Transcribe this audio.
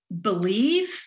believe